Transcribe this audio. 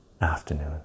afternoon